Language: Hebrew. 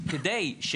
כדי,